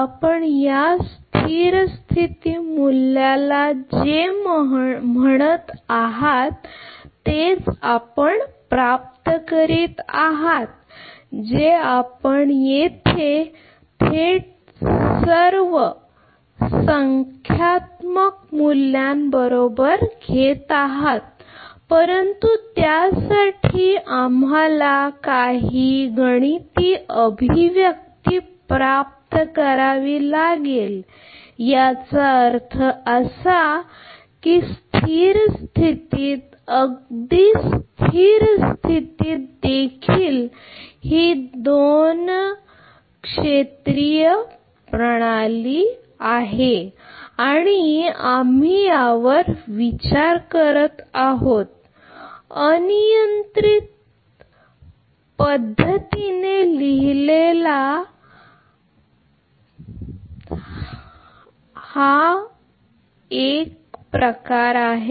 आपण या स्थिर स्थिती मूल्याला जे म्हणत आहात तेच आपण प्राप्त करीत आहात जे आपण येथे थेट सर्व संख्यात्मक मूल्ये घेत आहात परंतु त्यासाठी आम्हाला काही गणिती अभिव्यक्ती प्राप्त करावी लागेल याचा अर्थ असा की स्थिर स्थितीत अगदी स्थिर स्थितीत देखील ही दोन क्षेत्रीय प्रणाली आहे आणि आम्ही यावर विचार करत आहोत अनियंत्रित मोड मी तुम्हाला येथे लिहिलेला अनियंत्रित मोड सांगितला आहे